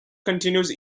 continues